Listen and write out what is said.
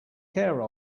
care